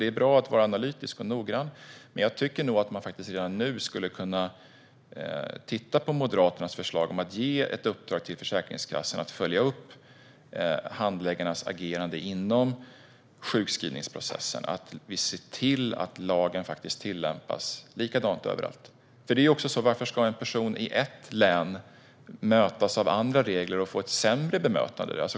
Det är bra att vara analytisk och noggrann, men jag tycker nog att man redan nu skulle kunna titta på Moderaternas förslag att ge ett uppdrag till Försäkringskassan att följa upp handläggarnas agerande inom sjukskrivningsprocessen. Vi ska se till att lagen tillämpas likadant överallt. Varför ska en person i ett län mötas av andra regler och få ett sämre bemötande?